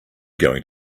going